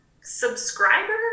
subscriber